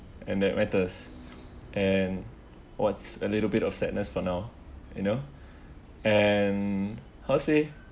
and that matters and was a little bit of sadness for now you know and how to say